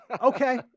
Okay